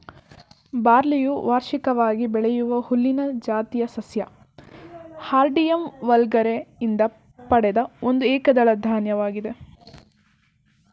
ಬಾರ್ಲಿಯು ವಾರ್ಷಿಕವಾಗಿ ಬೆಳೆಯುವ ಹುಲ್ಲಿನ ಜಾತಿಯ ಸಸ್ಯ ಹಾರ್ಡಿಯಮ್ ವಲ್ಗರೆ ಯಿಂದ ಪಡೆದ ಒಂದು ಏಕದಳ ಧಾನ್ಯವಾಗಿದೆ